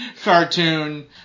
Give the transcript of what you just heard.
cartoon